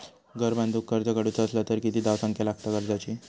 घर बांधूक कर्ज काढूचा असला तर किती धावसंख्या लागता कर्जाची?